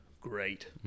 great